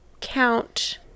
count